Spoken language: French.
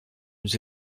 nous